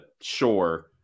sure